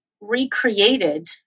recreated